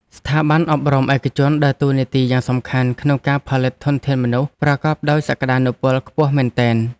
ស្ថាប័នអប់រំឯកជនដើរតួនាទីយ៉ាងសំខាន់ក្នុងការផលិតធនធានមនុស្សប្រកបដោយសក្តានុពលខ្ពស់មែនទែន។